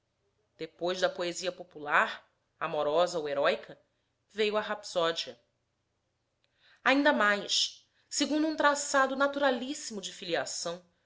depois da poesia popular amorosa ou heróica veio a rapsódia ainda mais segundo um traçado naturalíssimo de filiação